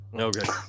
Okay